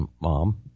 mom